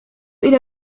إلى